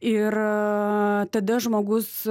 ir tada žmogus